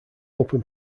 open